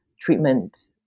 treatment